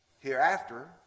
Hereafter